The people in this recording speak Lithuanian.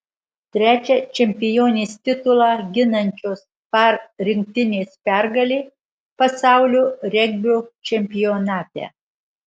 trečia čempionės titulą ginančios par rinktinės pergalė pasaulio regbio čempionate